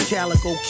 Calico